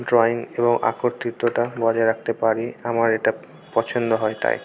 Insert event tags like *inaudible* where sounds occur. drawing এবং *unintelligible* বজায় রাখতে পারি আমার এটা পছন্দ হয় তাই